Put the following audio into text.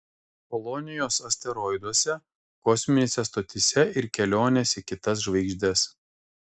kolonijos asteroiduose kosminėse stotyse ir kelionės į kitas žvaigždes